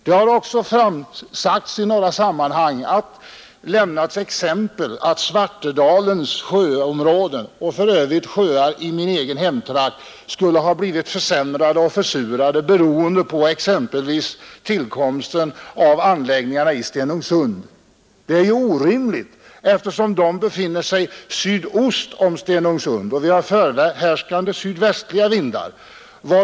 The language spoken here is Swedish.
Det har också i några sammanhang lämnats exempel på att Svartedalens sjöområden, för övrigt även sjöar i min egen hemtrakt, skulle ha blivit försämrade och försurade beroende på tillkomsten av anläggningarna i Stenungsund. Det är orimligt, eftersom de sjöarna befinner sig sydost om Stenungsund och vi där har förhärskande sydvästliga vindar.